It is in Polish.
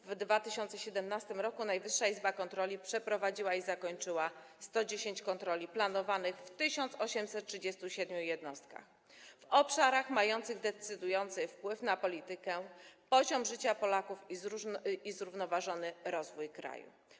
W 2017 r. Najwyższa Izba Kontroli przeprowadziła i zakończyła 110 kontroli planowanych w 1837 jednostkach w obszarach mających decydujący wpływ na politykę, poziom życia Polaków i zrównoważony rozwój kraju.